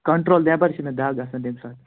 control نٮ۪بَر چھِ مےٚ دَغ آسان تٔمۍ ساتہٕ